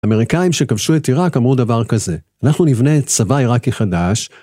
אמריקאים שכבשו את עיראק אמרו דבר כזה: אנחנו נבנה צבא עיראקי חדש.